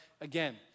Again